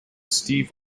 steve